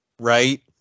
Right